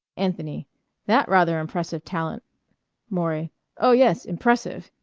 anthony that rather impressive talent maury oh, yes. impressive!